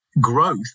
growth